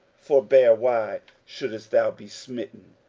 forbear why shouldest thou be smitten?